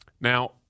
Now